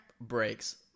Breaks